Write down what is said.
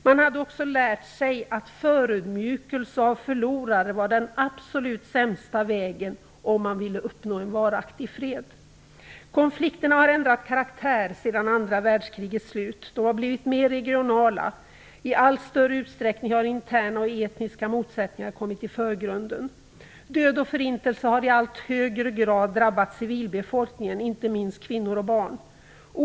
Man hade också lärt sig att förödmjukelse av förlorare var den absolut sämsta vägen att gå om man ville uppnå en varaktig fred. Konflikterna har ändrat karaktär sedan andra världskrigets slut och har blivit mer regionala. I allt större utsträckning har interna och etiska motsättningar kommit i förgrunden. Död och förintelse har i allt högre grad drabbat civilbefolkningen, inte minst kvinnor och barn.